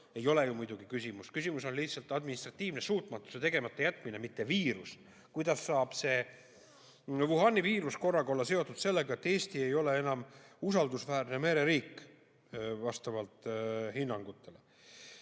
ei ole ju muidugi küsimus. Küsimus on lihtsalt administratiivne suutmatus, tegemata jätmine, mitte viirus. Kuidas saab see Wuhani viirus korraga olla seotud sellega, et Eesti ei ole enam hinnangute